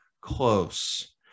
close